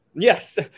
Yes